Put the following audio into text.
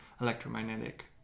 electromagnetic